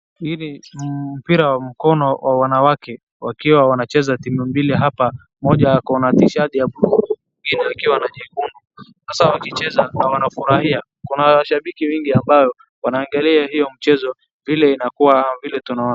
Hivi mpira wa mkono wa wanawake, wakiwa wanacheza timu mbili hapa. Moja ako na tisheti ya buluu mwingine akiwa nyekundu. Sasa wakicheza na wanafurahia, kuna mashabiki wengi ambao wanaangalia hiyo mchezo vile inakuwa, vile tunaona.